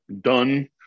done